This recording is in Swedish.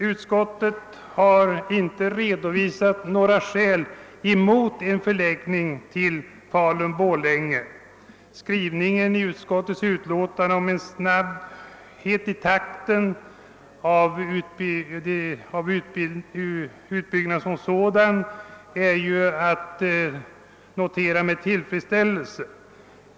Utskottet har inte redovisat några skäl mot en förläggning till Falun-Borlänge. Skrivningen i utlåtandet om snabbhet i utbyggnadstakten är att notera med tillfredsställelse.